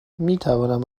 میتوانم